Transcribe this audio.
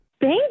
Thank